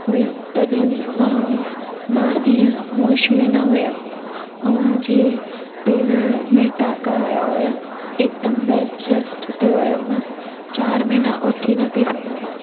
हुयईं तॾहिं मां ॿ ॾींहं होशु में न हुयमि ऐं मुंहिंजे पेर में टाका आया हुया हिकदमि बेड रेस्ट ते हुयमि मां चारि महीना उथी न पई सघां मां